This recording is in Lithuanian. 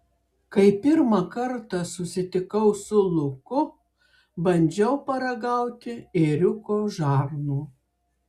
kai pirmą kartą susitikau su luku bandžiau paragauti ėriuko žarnų